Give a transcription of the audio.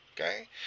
Okay